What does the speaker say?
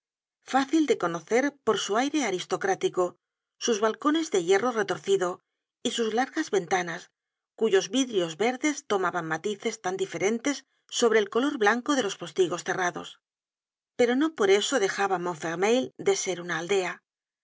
fácil de conocer por su aire aristocrático sus balcones de hierro retorcido y sus largas ventanas cuyos vidrios verdes tomaban matices tan diferentes sobre el color blanco de los postigos cerrados pero no por eso dejaba montfermeil de ser una aldea